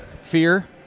fear